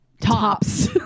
Tops